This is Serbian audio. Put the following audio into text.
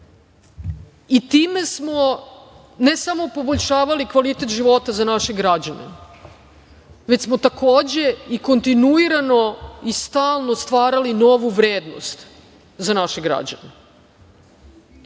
itd. Time smo ne samo poboljšavali kvalitet života za naše građane, već smo takođe i kontinuirano i stalno stvarali novu vrednost za naše građane. Velika